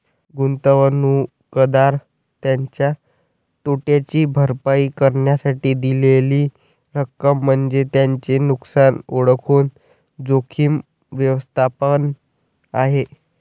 गुंतवणूकदार त्याच्या तोट्याची भरपाई करण्यासाठी दिलेली रक्कम म्हणजे त्याचे नुकसान ओळखून जोखीम व्यवस्थापन आहे